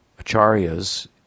acharyas